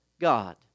God